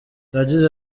yagize